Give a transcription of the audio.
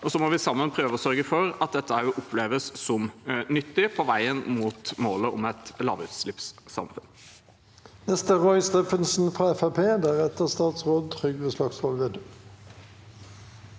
og så må vi sammen prøve å sørge for at dette også oppleves som nyttig på veien mot målet om et lavutslippssamfunn.